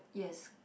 yes